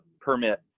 permit